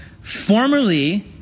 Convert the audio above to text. formerly